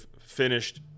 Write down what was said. finished